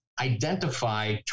identify